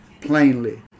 plainly